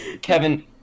Kevin